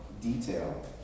detail